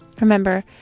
Remember